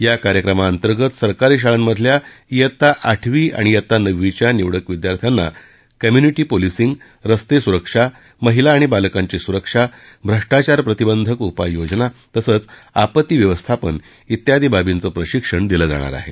या कार्यक्रमातंगत सरकारी शाळांमधल्या वित्ता आठवी आणि नववीच्या निवडक विद्यार्थ्यांना कम्युनिटी पोलिसिंग रस्ते सुरक्षा महिला आणि बालकांची सुरक्षा भ्रष्टाचार प्रतिबंधक उपाययोजना तसंच आपत्ती व्यवस्थापन डियादी बाबींचं प्रशिक्षण दिलं जाणार आहे